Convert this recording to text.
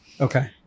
Okay